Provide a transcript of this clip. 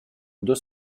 deux